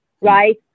right